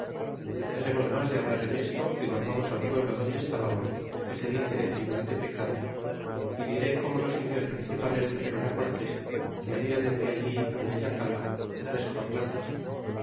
dexemos mas de hablar en esto y volvamos al pueblo donde estábamos que se dice ciguatepecad y diré como los indios principales dixéron cortés que habia dende allí gueyacala tres jornadas